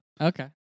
Okay